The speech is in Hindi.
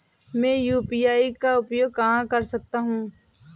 मैं यू.पी.आई का उपयोग कहां कर सकता हूं?